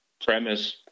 premise